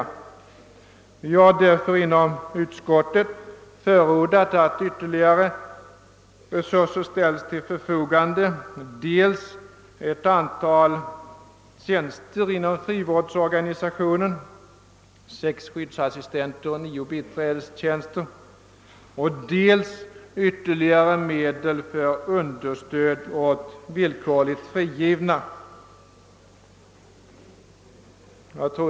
Därför har vi också förordat, att ytterligare resurser ställs till förfogande, dels ett antal tjänster inom frivårdsorganisationen — sex skyddsassistenter och nio biträdestjänster — dels ytterligare medel för understöd åt villkorligt frigivna.